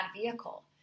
vehicle